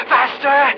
Faster